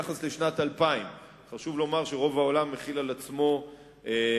ביחס לשנת 2000. חשוב לומר שרוב העולם מחיל על עצמו מחויבויות